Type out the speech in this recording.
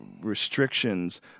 restrictions